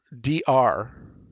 dr